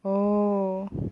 oh